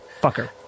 fucker